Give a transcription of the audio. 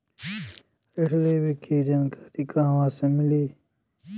ऋण लेवे के जानकारी कहवा से मिली?